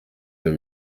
iyi